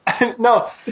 No